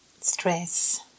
stress